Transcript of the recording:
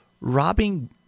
robbing